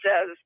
says